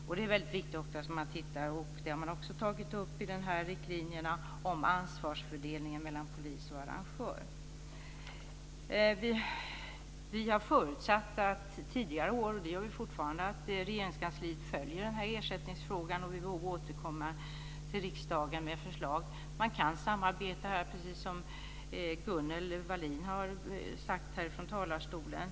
Det är också väldigt viktigt att man tittar på ansvarsfördelning mellan polis och arrangör, och det har man också tagit upp i riktlinjerna. Vi har tidigare år förutsatt, och det gör vi fortfarande, att Regeringskansliet följer ersättningsfrågan och återkommer till riksdagen med förslag. Man kan samarbeta här, precis som Gunnel Wallin har sagt från talarstolen.